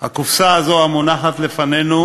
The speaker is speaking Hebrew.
הקופסה הזאת המונחת לפנינו